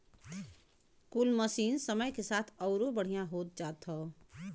कुल मसीन समय के साथ अउरो बढ़िया होत जात हौ